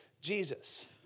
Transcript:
Jesus